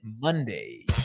monday